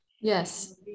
Yes